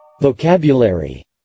Vocabulary